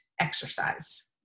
exercise